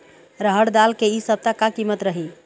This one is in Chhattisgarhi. रहड़ दाल के इ सप्ता का कीमत रही?